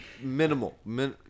minimal